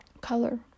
color